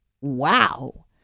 wow